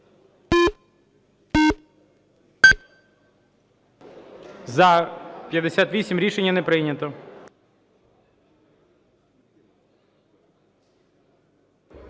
За-52 Рішення не прийнято.